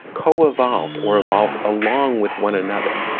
co-evolved, or evolved along with one another,